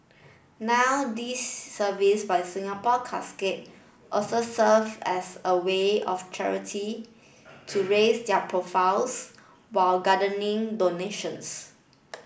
now this service by Singapore Casket also serves as a way of charity to raise their profiles while garnering donations